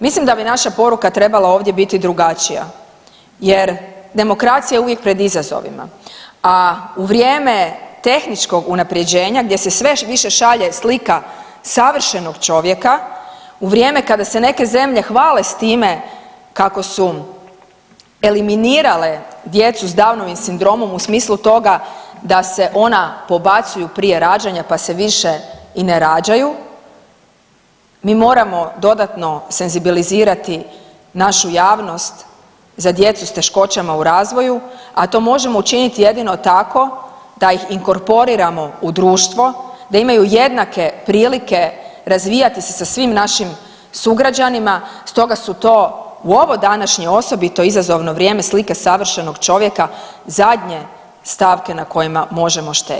Mislim da bi naša poruka trebala ovdje biti drugačija jer demokracija je uvijek pred izazovima, a u vrijeme tehničkog unapređenja gdje se sve više šalje slika savršenog čovjeka, u vrijeme kada se neke zemlje hvale s time kako su eliminirale djecu s Downovim sindromom u smislu toga da se ona pobacuju prije rađanja pa se više i ne rađaju, mi moramo dodatno senzibilizirati našu javnost za djecu s teškoćama u razvoju, a to možemo učiniti jedino tako da ih inkorporiramo u društvo, da imaju jednake prilike razvijati se sa svim našim sugrađanima, stoga su to u ovo današnje osobito izazovno vrijeme, slike savršenog čovjeka zadnje stavke na kojima možemo štedjeti.